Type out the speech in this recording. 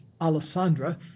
Alessandra